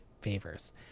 favors